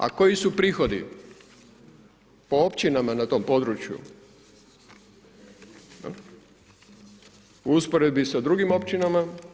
A koji su prihodi po općinama na tom području u usporedbi s drugim općinama?